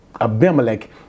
Abimelech